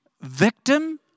Victim